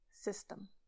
system